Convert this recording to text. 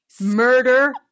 Murder